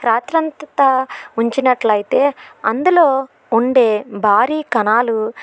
రాత్రంతతా ఉంచినట్లయితే అందులో ఉండే భారీ కణాలు